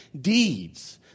deeds